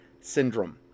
syndrome